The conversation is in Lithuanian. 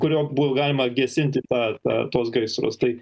kurio buvo galima gesinti pa pa tuos gaisrus tai